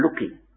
looking